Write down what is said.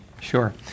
Sure